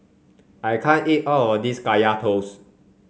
I can't eat all of this Kaya Toast